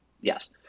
Yes